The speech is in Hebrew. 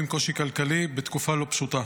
כלכלי בתקופה לא פשוטה.